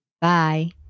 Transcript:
Bye